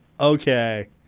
Okay